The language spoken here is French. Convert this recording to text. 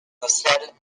sociales